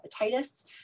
hepatitis